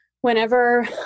whenever